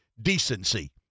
decency